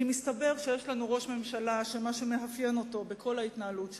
כי מסתבר שיש לנו ראש ממשלה שמה שמאפיין אותו בכל ההתנהלות שלו,